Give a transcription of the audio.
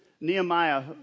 Nehemiah